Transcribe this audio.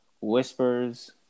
whispers